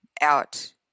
out